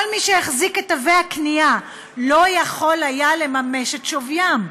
כל מי שהחזיק את תווי הקנייה לא יכול היה לממש את שוויים.